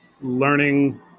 learning